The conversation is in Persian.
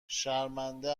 شرمنده